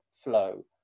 flow